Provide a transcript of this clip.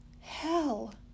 Hell